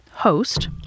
host